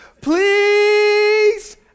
please